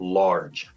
large